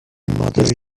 mother